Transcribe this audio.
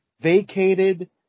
vacated